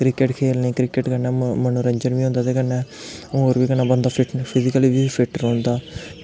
cricket खेलने cricket कन्नै मनोरंजन बी होंदा ते कन्नै होर बी कनै बंदा फिजिकली फिट्ट रौंह्दा